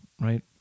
right